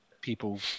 People